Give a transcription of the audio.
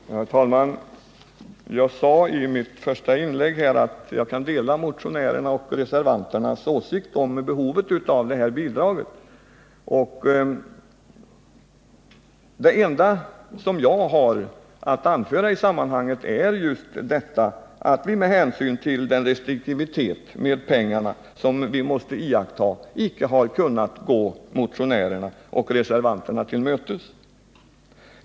Herr talman! Jag sade i mitt första inlägg att jag kan dela motionärernas och reservanternas åsikt om behovet av bidrag till allmän fritidsverksamhet i kommuner. Det enda som jag har att anföra i sammanhanget är just detta att vi med hänsyn till den restriktivitet med pengar som vi måste iaktta icke har kunnat gå motionärerna och reservanterna till mötes.